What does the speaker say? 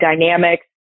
dynamics